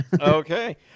okay